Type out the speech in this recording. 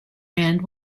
end